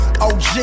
OG